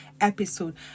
episode